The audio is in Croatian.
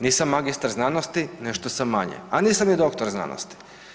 Nisam magistar znanosti, nešto sam manje, a nisam ni doktor znanosti.